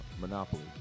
monopoly